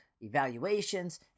evaluations